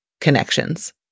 connections